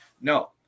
No